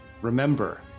Remember